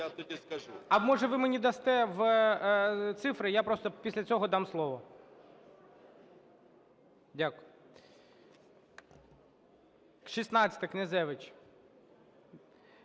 А, може, ви мені дасте цифри. Я просто після цього дам слово. Дякую. 16-а, Князевич.